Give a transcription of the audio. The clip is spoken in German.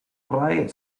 freie